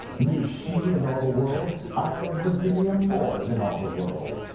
knew she and all the world i love lavinia more than all the world.